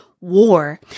war